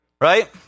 Right